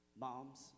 moms